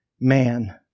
man